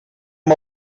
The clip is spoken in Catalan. amb